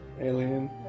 Alien